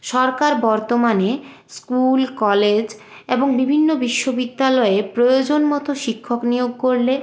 সরকার বর্তমানে school college এবং বিভিন্ন বিশ্ববিদ্যালয়ে প্রয়োজন মতো শিক্ষক নিয়োগ করলে